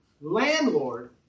landlord